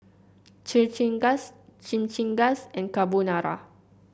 Chimichangas Chimichangas and Carbonara